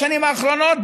בשנים האחרונות,